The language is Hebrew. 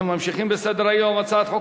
אנחנו ממשיכים בסדר-היום: הצעת חוק